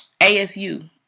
ASU